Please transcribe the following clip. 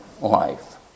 life